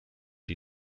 die